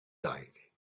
like